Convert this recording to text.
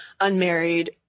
unmarried